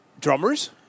drummers